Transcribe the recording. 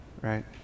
right